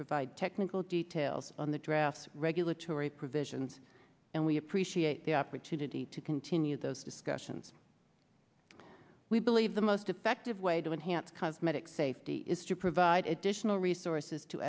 provide technical details on the draft regulatory provisions and we appreciate the opportunity to continue those discussions we believe the most effective way to enhance cosmetic safety is to provide additional resources to